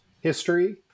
history